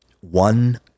one